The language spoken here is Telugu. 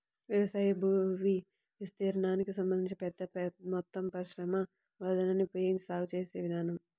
వ్యవసాయ భూవిస్తీర్ణానికి సంబంధించి పెద్ద మొత్తం శ్రమ మూలధనాన్ని ఉపయోగించి సాగు చేసే విధానం